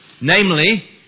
Namely